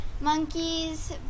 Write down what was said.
monkeys